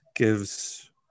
gives